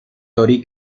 tori